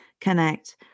connect